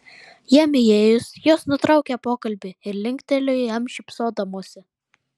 jam įėjus jos nutraukė pokalbį ir linktelėjo jam šypsodamosi